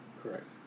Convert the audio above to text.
Correct